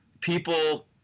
people